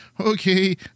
okay